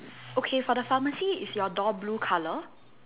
okay for the pharmacy is your door blue colour